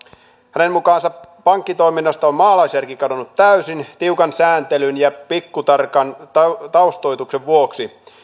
hänen mukaansa pankkitoiminnasta on maalaisjärki täysin kadonnut tiukan sääntelyn ja pikkutarkan taustoituksen vuoksi